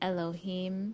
Elohim